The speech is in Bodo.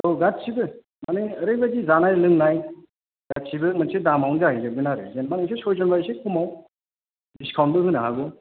औ गासिबो माने ओरैबादि जानाय लोंनाय गासिबो मोनसे दामावनो जाहै जोबगोन आरो जेन'बा नोंसोर सयजनबा इसे खमाव दिस्खाउन्टबो होनो हागौ